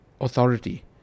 authority